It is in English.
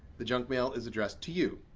the junk mail is addressed to you.